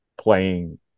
playing